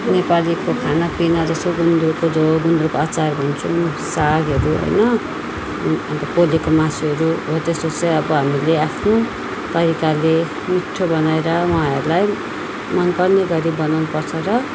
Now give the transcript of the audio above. नेपालीको खानापिना जस्तो गुन्द्रुकको झोल गुन्द्रुकको अचार भन्छौँ सागहरू होइन अन्त पोलेको मासुहरू हो त्यस्तो चाहिँ अब हामीले आफ्नो तरिकाले मिठो बनाएर उहाँहरूलाई मनपर्ने गरी बनाउनु पर्छ र